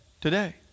today